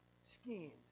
schemes